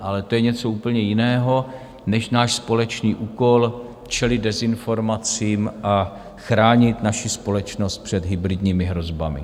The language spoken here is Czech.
Ale to je něco úplně jiného než náš společný úkol čelit dezinformacím a chránit naši společnost před hybridními hrozbami.